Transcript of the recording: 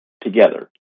together